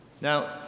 Now